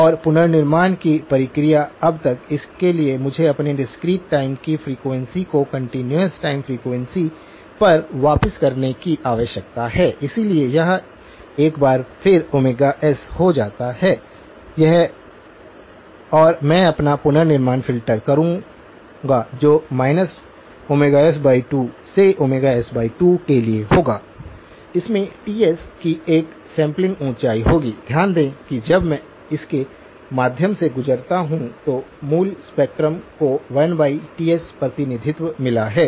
और पुनर्निर्माण की प्रक्रिया अब तक इसके लिए मुझे अपने डिस्क्रीट टाइम की फ्रीक्वेंसी को कंटीन्यूअस टाइम फ्रीक्वेंसी पर वापस करने की आवश्यकता है इसलिए यह एक बार फिर s हो जाता है यह और मैं अपना पुनर्निर्माण फ़िल्टर करूंगा जो Ωs2 से s2 के लिए होगा इसमें Ts की एक सैंपलिंग ऊंचाई होगी ध्यान दें कि जब मैं इसके माध्यम से गुजरता हूं तो मूल स्पेक्ट्रम को 1 Ts प्रतिनिधित्व मिला है